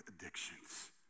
addictions